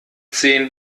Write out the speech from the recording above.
zehn